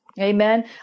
amen